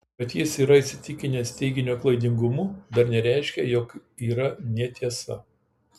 kad jis yra įsitikinęs teiginio klaidingumu dar nereiškia jog yra netiesa